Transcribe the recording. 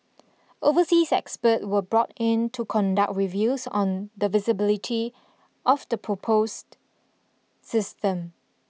overseas experts were brought in to conduct reviews on the feasibility of the proposed system